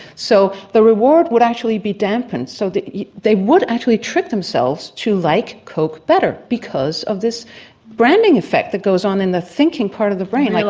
so the reward would actually be dampened so they they would actually trick themselves to like coke better because of this branding effect that goes on in the thinking part of the brain. like